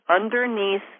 underneath